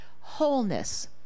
wholeness